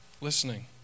listening